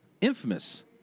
infamous